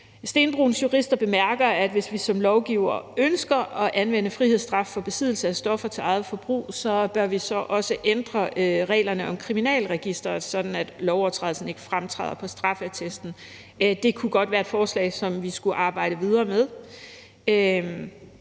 Stenbroens Jurister bemærker, at hvis vi som lovgivere ønsker at anvende frihedsstraf for besiddelse af stoffer til eget forbrug, så bør vi også ændre reglerne om Kriminalregisteret, sådan at lovovertrædelsen ikke fremgår af straffeattesten. Det kunne godt være et forslag, som vi skulle arbejde videre med.